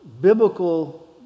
Biblical